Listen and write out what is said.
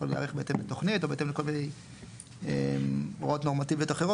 יכול להיערך בהתאם לתוכנית או בהתאם לכל מיני הוראות נורמטיביות אחרות.